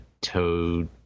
Toad